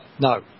no